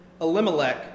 Elimelech